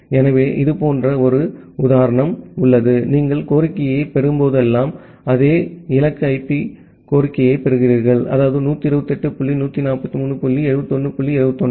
எனவே இது போன்ற ஒரு உதாரணம் நீங்கள் கோரிக்கையைப் பெறும்போதெல்லாம் அதே இலக்கு ஐபிக்கு கோரிக்கையைப் பெறுகிறீர்கள் அதாவது 128 புள்ளி 143 புள்ளி 71 புள்ளி 21